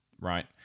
Right